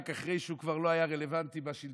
רק אחרי שהוא כבר לא היה רלוונטי בשלטון.